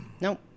Nope